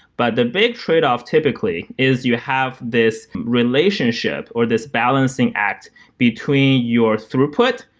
but the big tradeoff typically is you have this relationship or this balancing act between your throughput,